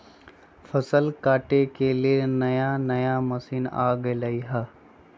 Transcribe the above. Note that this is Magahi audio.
फसल काटे के लेल नया नया मशीन आ गेलई ह